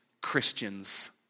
Christians